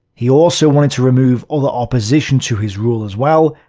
he also wanted to remove other opposition to his rule as well,